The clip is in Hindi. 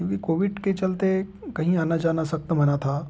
क्योंकि कोविड के चलते कहीं आना जाना सख्त मना था